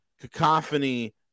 cacophony